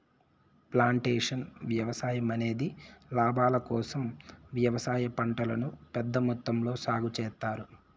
plantation వ్యవసాయం అనేది లాభాల కోసం వ్యవసాయ పంటలను పెద్ద మొత్తంలో సాగు చేత్తారు